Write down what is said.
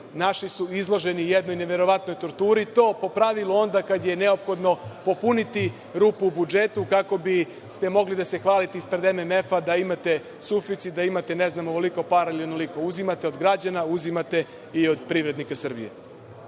naši su izloženi jednoj neverovatnoj torturi i to po pravilu onda kad je neophodno popuniti rupu u budžetu kako biste mogli da se hvalite ispred MMF-a da imate suficit, da imate ovoliko para ili onoliko para. Uzimate od građana, uzimate i od privrednika Srbije.